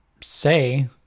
say